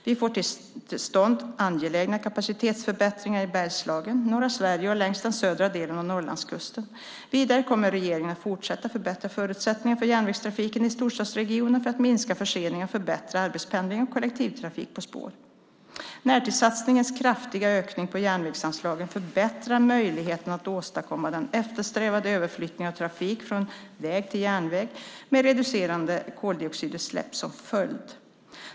Vi får till stånd angelägna kapacitetsförbättringar i Bergslagen, Norra Sverige och längs den södra delen av Norrlandskusten. Vidare kommer regeringen att fortsätta förbättra förutsättningarna för järnvägstrafiken i storstadsregionerna för att minska förseningar och förbättra för arbetspendling och kollektivtrafik på spår. Närtidssatsningens kraftiga ökning av järnvägsanslagen förbättrar möjligheterna att åstadkomma den eftersträvade överflyttningen av trafik från väg till järnväg med reducerade koldioxidutsläpp som följd.